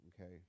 Okay